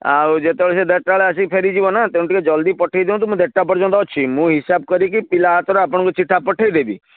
ଆଉ ଯେତେବେଳେ ସେ ଦେଢ଼ଟା ବେଳେ ଆସିକି ଫେରିଯିବନା ତେଣୁ ଟିକିଏ ଜଲଦି ପଠାଇଦିଅନ୍ତୁ ମୁଁ ଦେଢ଼ଟା ପର୍ଯ୍ୟନ୍ତ ଅଛି ମୁଁ ହିସାବ କରିକି ପିଲା ହାତରେ ଆପଣଙ୍କୁ ଚିଠା ପଠାଇଦେବି